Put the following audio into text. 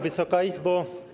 Wysoka Izbo!